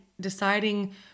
deciding